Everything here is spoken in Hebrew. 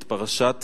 את פרשת